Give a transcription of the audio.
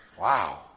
Wow